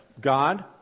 God